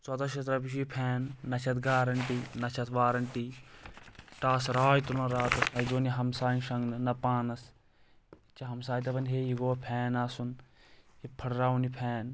ژۄدہ شیٚتھ رۄپیہِ چھُ یہِ فین نہ چھِ اتھ نہ چھُ اتھ گارنٹی نہ چھِ اتھ وارنٹی ٹاسہٕ راے تُلان راتس نہ چھُ یہِ دِوان ہمساین شۄنٛگنہٕ نہ پانس اسہِ چھِ ہمساے دپان ہے یہِ گوٚوا فین آسُن یہِ پھٔٹراوُن یہِ فین